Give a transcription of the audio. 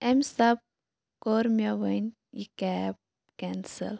اَمہِ سب کوٚر مےٚ وۄنۍ یہِ کیب کیٚنسل